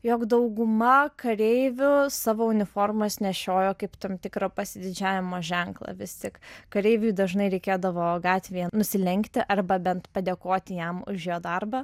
jog dauguma kareivių savo uniformas nešiojo kaip tam tikrą pasididžiavimo ženklą vis tik kareiviui dažnai reikėdavo gatvėje nusilenkti arba bent padėkoti jam už jo darbą